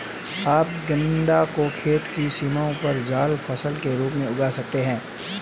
आप गेंदा को खेत की सीमाओं पर जाल फसल के रूप में उगा सकते हैं